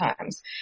times